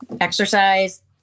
Exercise